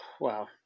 wow